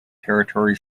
territory